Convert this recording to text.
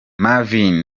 marvin